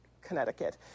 Connecticut